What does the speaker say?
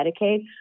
Medicaid